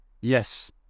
yes